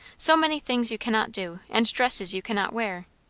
so many things you cannot do, and dresses you cannot wear.